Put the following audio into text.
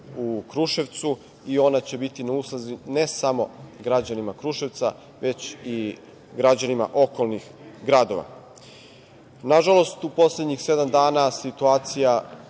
u Kruševcu i ona će biti na usluzi ne samo građanima Kruševca, već i građanima okolnih gradova. Nažalost, u poslednjih sedam dana situacija,